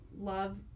love